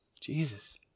Jesus